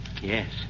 Yes